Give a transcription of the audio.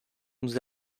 nous